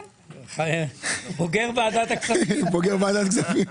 בוגר ועדת הכספים.